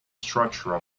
structure